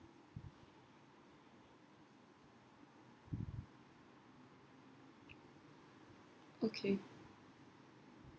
okay